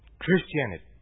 Christianity